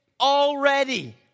already